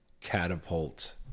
catapult